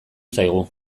zaigu